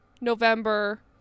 November